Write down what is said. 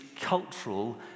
cultural